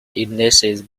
ignatius